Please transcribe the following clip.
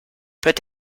peut